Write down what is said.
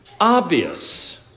obvious